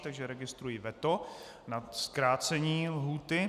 Takže registruji veto na zkrácení lhůty.